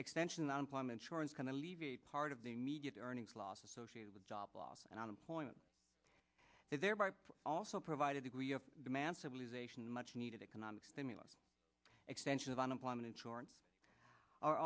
extension unemployment insurance can alleviate part of the immediate earnings loss associated with job loss and unemployment thereby also provide a degree of demand civilization much needed economic stimulus extension of unemployment insurance are